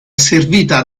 servita